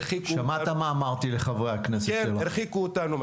הרחיקו אותנו.